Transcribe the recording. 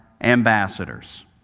ambassadors